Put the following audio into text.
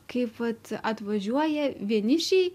kaip vat atvažiuoja vienišiai